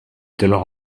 donnant